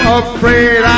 afraid